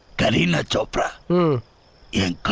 kareena chopra is.